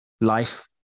life